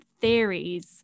theories